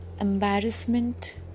embarrassment